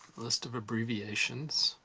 list of abbreviations.